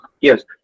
Yes